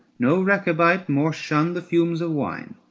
no rechabite more shunned the fumes of wine.